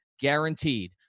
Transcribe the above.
guaranteed